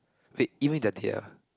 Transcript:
wait even if they are here